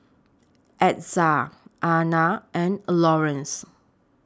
Ezzard Ana and Lawerence